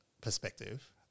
perspective